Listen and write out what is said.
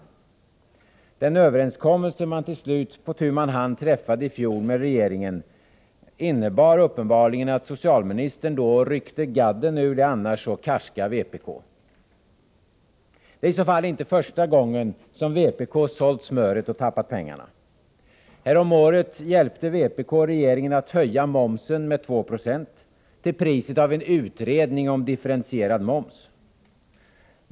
Den överenskommelse man till slut på tu man hand träffade med regeringen i fjol innebar uppenbarligen att socialministern då ryckte gadden ur det annars så karska vpk. Det är i så fall inte första gången som vpk sålt smöret och tappat pengarna. Härom året hjälpte vpk regeringen att höja momsen med 2 94 till priset av en utredning om differentierad moms.